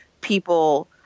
people